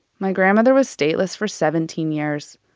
my grandmother was stateless for seventeen years.